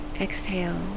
Exhale